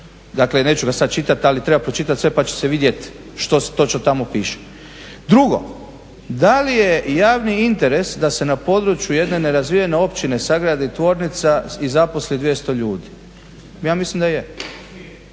Dakle, neću ga sad čitati, ali treba pročitati sve pa će se vidjeti što točno tamo piše. Drugo, da li je javni interes da se na području jedne nerazvijene općine sagradi tvornica i zaposli 200 ljudi. Ja mislim da je.